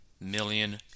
million